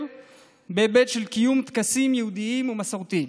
בהיבט של קיום טקסים יהודיים ומסורתיים.